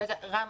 רם,